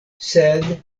sed